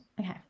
Okay